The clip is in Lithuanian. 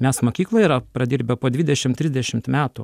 mes mokykloj yra pradirbę po dvidešimt trisdešimt metų